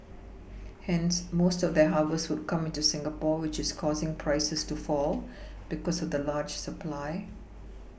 hence most of their harvest would come into Singapore which is causing prices to fall because of the large supply